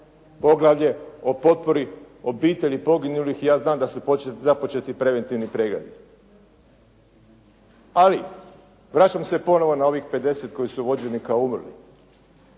poglavlje o potpori, o obiteljima poginulih i ja znam da su započeti preventivni pregledi. Ali vraćam se ponovo na ovih 50 koji su vođeni kao umrli.